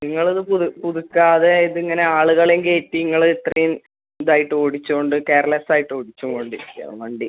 നിങ്ങളിത് പുതു പുതുക്കാതെ ഇതിങ്ങനെ ആളുകളേ കയറ്റി നിങ്ങൾ ഇത്രയും ഇതായിട്ട് ഓടിച്ചുകൊണ്ട് കെയർലെസ് ആയിട്ടോടിച്ചോണ്ടിരിക്കുക വണ്ടി